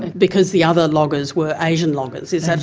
because the other loggers were asian loggers, is that